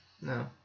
No